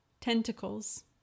Tentacles